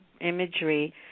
imagery